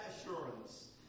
assurance